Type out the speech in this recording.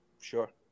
Sure